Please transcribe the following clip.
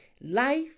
life